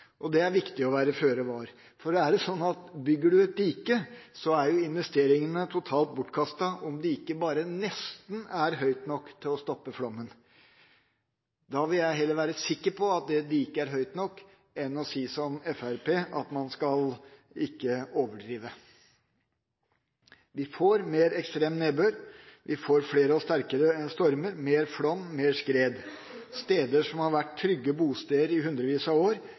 Det er viktig å være føre var. Bygger du et dike, er investeringene totalt bortkastet om diket bare nesten er høyt nok til å stoppe flommen. Da vil jeg heller være sikker på at det diket er høyt nok, enn å si som Fremskrittspartiet, at man ikke skal overdrive. Vi får mer ekstrem nedbør, flere og sterkere stormer, mer flom og mer skred. Steder som har vært trygge bosteder i hundrevis av år,